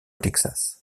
texas